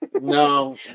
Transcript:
No